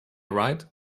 right